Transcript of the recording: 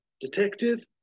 Detective